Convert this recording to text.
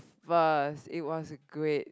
but it was a great